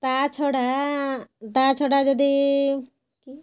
ତା ଛଡ଼ା ତା ଛଡ଼ା ଯଦି କି